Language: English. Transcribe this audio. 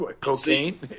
Cocaine